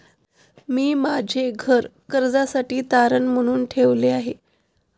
मी माझे घर कर्जासाठी तारण म्हणून ठेवले आहे